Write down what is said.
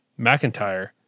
McIntyre